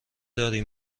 داری